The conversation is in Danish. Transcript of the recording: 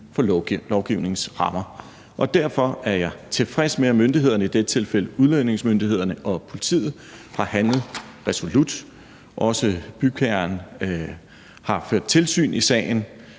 for lovgivningens rammer. Derfor er jeg tilfreds med, at myndighederne, i dette tilfælde udlændingemyndighederne og politiet, har handlet resolut. Også bygherren har ført tilsyn i sagen,